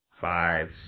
five